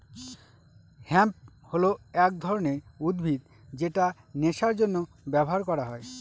hemp হল এক ধরনের উদ্ভিদ যেটা নেশার জন্য ব্যবহার করা হয়